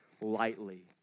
lightly